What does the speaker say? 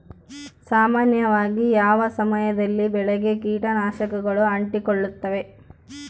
ಸಾಮಾನ್ಯವಾಗಿ ಯಾವ ಸಮಯದಲ್ಲಿ ಬೆಳೆಗೆ ಕೇಟನಾಶಕಗಳು ಅಂಟಿಕೊಳ್ಳುತ್ತವೆ?